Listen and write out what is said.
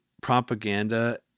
propaganda